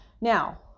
Now